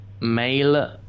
mail